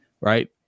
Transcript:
right